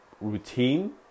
routine